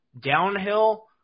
downhill